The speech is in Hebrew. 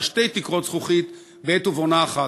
אלא שתי תקרות זכוכית בעת ובעונה אחת.